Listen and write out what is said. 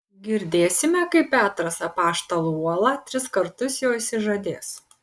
girdėsime kaip petras apaštalų uola tris kartus jo išsižadės